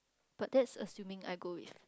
but that's assuming I go with